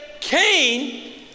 Cain